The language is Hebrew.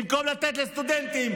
במקום לתת לסטודנטים,